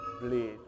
bleed